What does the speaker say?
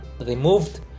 removed